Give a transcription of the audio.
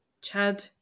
Chad